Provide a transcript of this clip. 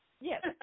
Yes